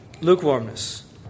Lukewarmness